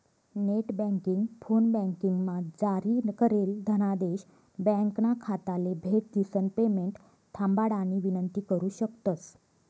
net banking, फोनबँकिंगमा जारी करेल धनादेश ब्यांकना खाताले भेट दिसन पेमेंट थांबाडानी विनंती करु शकतंस